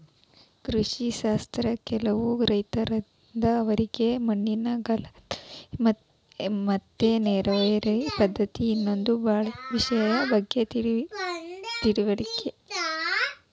ಕೃಷಿ ಶಾಸ್ತ್ರ ಕಲ್ತವ್ರು ರೈತರಾದ್ರ ಅವರಿಗೆ ಮಣ್ಣಿನ ಫಲವತ್ತತೆ ಮತ್ತ ನೇರಾವರಿ ಪದ್ಧತಿ ಇನ್ನೂ ಬಾಳ ವಿಷಯದ ಬಗ್ಗೆ ತಿಳದಿರ್ತೇತಿ